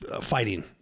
fighting